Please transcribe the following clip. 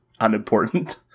unimportant